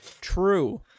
True